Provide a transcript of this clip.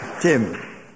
Tim